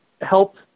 help